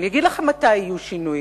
אני אגיד לכם מתי יהיו שינויים,